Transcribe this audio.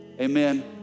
amen